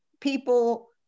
people